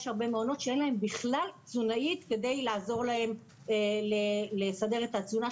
יש הרבה מעונות שאין להם בכלל תזונאית כדי לעזור להם לסדר את התזונה,